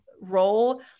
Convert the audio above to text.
role